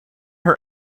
her